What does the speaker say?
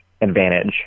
advantage